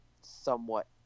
somewhat